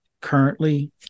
currently